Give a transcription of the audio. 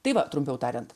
tai va trumpiau tariant